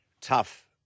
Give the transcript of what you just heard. tough